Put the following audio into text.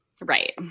Right